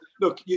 look